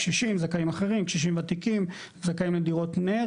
קשישים זה תנאים אחרים וקשישים ותיקים וקיימות דירות נ"ר